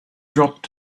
dropped